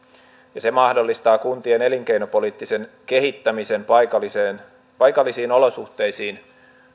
se mahdollistaa kuntien elinkeinopoliittisen kehittämisen paikallisiin olosuhteisiin